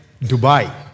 Dubai